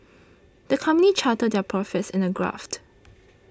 the company charted their profits in a graph